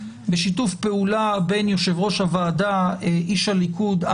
בשיתוף פעולה בין יושב-ראש הוועדה איש הליכוד,